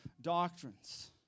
doctrines